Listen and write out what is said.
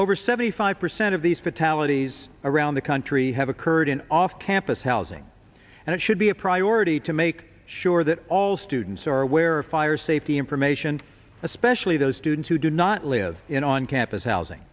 over seventy five percent of these fatalities around the country have occurred in off campus housing and it should be a priority to make sure that all students are aware of fire safety information especially those students who do not live in on campus housing